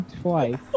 Twice